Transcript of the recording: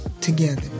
together